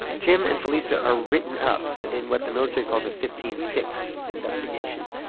tim and felisa are written up in what the military calls a fifteen six investigation.